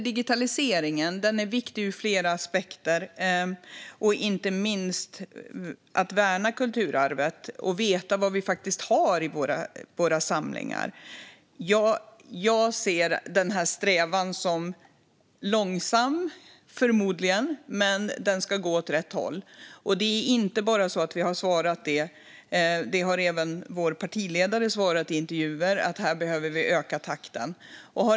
Digitaliseringen är viktig i flera aspekter, inte minst när det gäller att värna kulturarvet och att veta vad vi faktiskt har i våra samlingar. Jag ser denna strävan som förmodligen långsam. Men den ska gå åt rätt håll. Det är inte bara så att vi har svarat så här, utan även vår partiledare har sagt i intervjuer att vi behöver öka takten när det gäller detta.